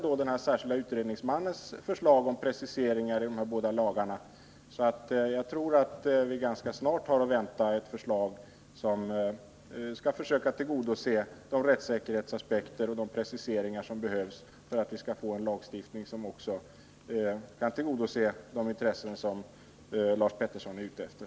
Den särskilde utredningsmannen skall nu arbeta med att göra preciseringar i de båda lagarna, och jag tror att vi ganska snart har att vänta ett förslag som försöker tillgodose de rättssäkerhetsaspekter och andra intressen som Hans Petersson är ute efter.